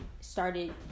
started